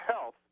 health